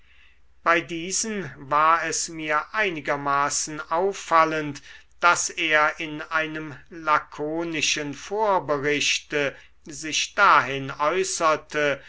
bei diesen war es mir einigermaßen auffallend daß er in einem lakonischen vorberichte sich dahin äußerte